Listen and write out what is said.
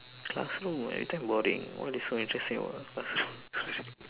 classroom every time boring what is so interesting about classroom